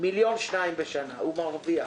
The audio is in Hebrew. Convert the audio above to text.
מיליון שני מיליון בשנה הוא מרוויח.